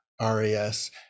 ras